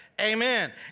Amen